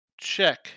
Check